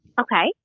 Okay